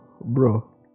Bro